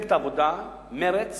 ממפלגת העבודה, ממרצ